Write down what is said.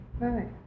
Right